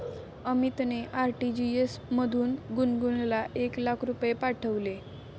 अमितने आर.टी.जी.एस मधून गुणगुनला एक लाख रुपये पाठविले